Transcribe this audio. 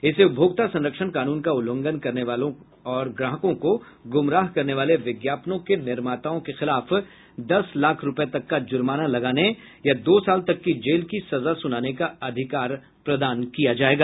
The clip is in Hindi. इसे उपभोक्ता संरक्षण कानून का उल्लंघन करने वालों और ग्राहकों को गुमराह करने वाले विज्ञापनों के निर्माताओं के खिलाफ दस लाख रूपये तक का जुर्माना लगाने या दो साल तक की जेल की सजा सुनाने का अधिकार प्रदान किया जायेगा